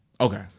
Okay